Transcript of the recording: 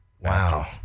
Wow